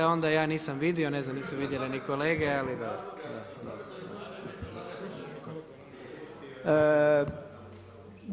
Onda ja nisam vidio, ne znam nisu vidjele ni kolege ali dobro.